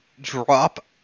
drop